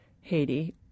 Haiti